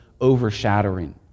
overshadowing